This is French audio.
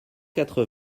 quatre